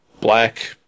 black